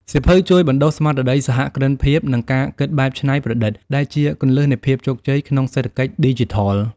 សៀវភៅជួយបណ្ដុះស្មារតីសហគ្រិនភាព និងការគិតបែបច្នៃប្រឌិត ដែលជាគន្លឹះនៃភាពជោគជ័យក្នុងសេដ្ឋកិច្ចឌីជីថល។